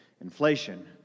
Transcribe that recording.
Inflation